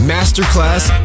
Masterclass